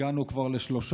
הגענו כבר ל-13.